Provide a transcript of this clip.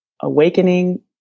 awakening